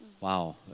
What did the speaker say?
Wow